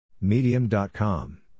Medium.com